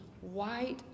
white